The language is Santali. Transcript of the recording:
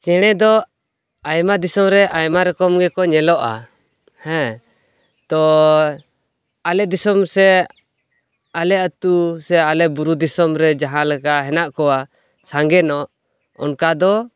ᱪᱮᱬᱮ ᱫᱚ ᱟᱭᱢᱟ ᱫᱤᱥᱚᱢ ᱨᱮ ᱟᱭᱢᱟ ᱨᱚᱠᱚᱢ ᱜᱮᱠᱚ ᱧᱮᱞᱚᱜᱼᱟ ᱦᱮᱸ ᱛᱚᱻ ᱟᱞᱮ ᱫᱤᱥᱚᱢ ᱥᱮ ᱟᱞᱮ ᱟ ᱛᱩ ᱥᱮ ᱟᱞᱮ ᱵᱩᱨᱩ ᱫᱤᱥᱚᱢ ᱨᱮ ᱡᱟᱦᱟᱸ ᱞᱮᱠᱟ ᱦᱮᱱᱟᱜ ᱠᱚᱣᱟ ᱥᱟᱸᱜᱮ ᱧᱚᱜ ᱚᱱᱠᱟ ᱫᱚ